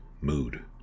mood